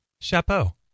chapeau